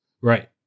Right